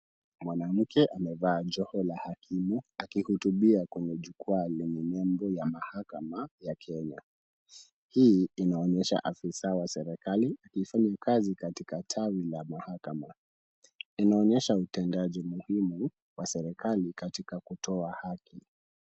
Mwanamke amevaa joho la hakimu akihutubia kwenye jukwaa lenye nembo ya mahakama ya Kenya. Hii inaonyesha afisa wa serikali mfanyikazi katika tawi la mahakama. Inaonyesha utendaji muhimu wa serikali katika kutoa haki.